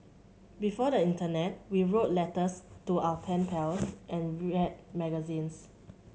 before the internet we wrote letters to our pen pals and read magazines